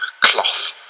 cloth